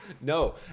No